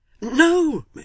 No